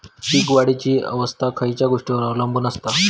पीक वाढीची अवस्था खयच्या गोष्टींवर अवलंबून असता?